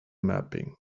mapping